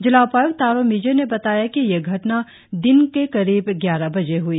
जिला उपायुक्त तारो मिजे ने बताया कि यह घटना दिन को करीब ग्यारह बजे ह्ई